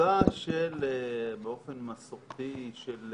באופן מסורתי, עבודה של